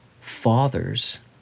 fathers